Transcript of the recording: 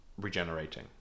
regenerating